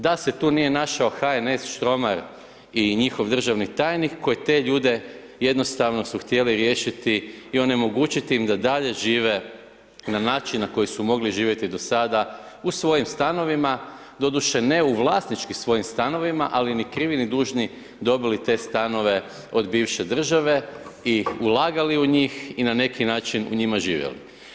Da se tu nije našao HNS, Štromar i njihov državni tajnik koji te ljude jednostavno su htjeli riješiti i onemogućiti im da dalje žive na način na koji su mogli živjeti do sada u svojim stanovima, doduše ne u vlasnički svojim stanovima ali ni krivi ni dužni dobili te stanove od bivše države i ulagali u njih i na neki način u njima živjeli.